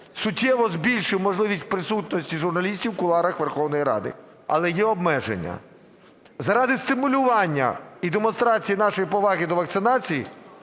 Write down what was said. суттєво збільшив можливість присутності журналістів у кулуарах Верховної Ради, але є обмеження. Заради стимулювання і демонстрації нашої поваги до вакцинації